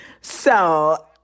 So-